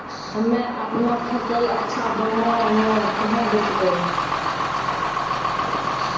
हम्मे आपनौ फसल अच्छा दामों मे कहाँ बेचबै?